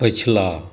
पछिला